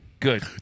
Good